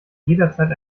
jederzeit